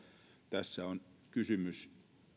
että tässä on kysymys